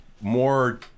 more